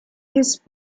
his